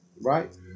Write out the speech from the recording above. Right